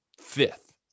fifth